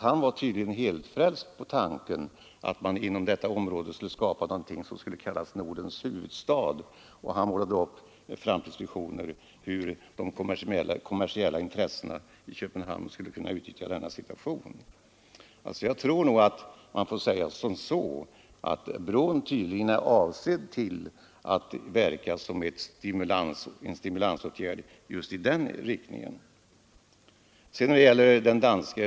Han var tydligen mycket positiv till tanken att man inom detta område skulle skapa någonting som skulle kunna kallas Nordens huvudstad. Han målade upp framtidsvisioner av hur de kommersiella intressena i Köpenhamn skulle kunna utnyttja en sådan situation. Man får nog säga att bron är avsedd att verka stimulerande just i den riktningen.